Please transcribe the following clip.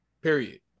Period